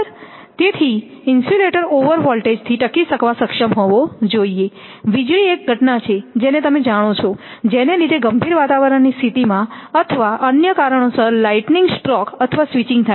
તેથી insulator overvoltage થી ટકી શક વા સક્ષમ હોવો જોઇએ વીજળી એક ઘટના છે જેને તમે જાણો છો જેને લીધે ગંભીર વાતાવરણની સ્થિતિમાં અથવા અન્ય કારણોસર લાઈટનિંગ સ્ટ્રોક અથવા સ્વીચિંગ થાય છે